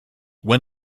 when